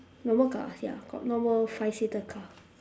normal car ya got normal five seater car